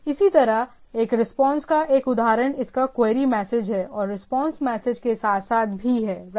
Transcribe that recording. इसी तरह एक रिस्पांस का एक उदाहरण इसका क्वेरी मैसेज है और रिस्पांस मैसेज के साथ साथ भी है राइट